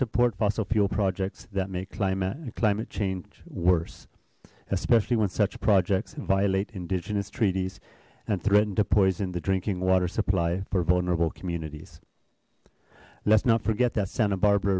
support fossil fuel projects that make climate and climate change worse especially when such projects violate indigenous treaties and threatened to poison the drinking water supply for vulnerable communities let's not forget that santa barbara